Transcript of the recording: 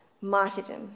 martyrdom